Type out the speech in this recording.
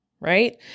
Right